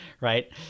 right